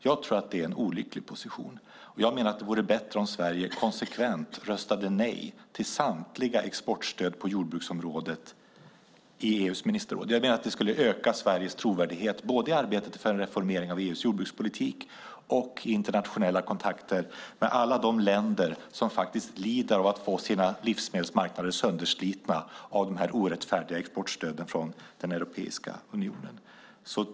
Jag tror att det är en olycklig position och tycker att det vore bättre om Sverige konsekvent röstade nej till samtliga exportstöd på jordbruksområdet i EU:s ministerråd. Det skulle öka Sveriges trovärdighet, både i arbetet för en reformering av EU:s jordbrukspolitik och i internationella kontakter med alla de länder som lider av att få sina livsmedelsmarknader sönderslitna av de orättfärdiga exportstöden från Europeiska unionen.